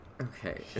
Okay